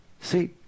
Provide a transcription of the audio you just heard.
See